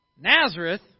Nazareth